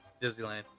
disneyland